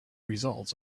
results